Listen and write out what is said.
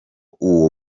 uwo